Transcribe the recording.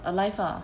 alive ah